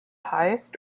highest